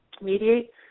mediate